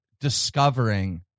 discovering